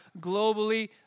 globally